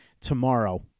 tomorrow